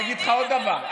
אני אגיד לך עוד דבר: